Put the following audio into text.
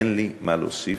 אין לי מה להוסיף.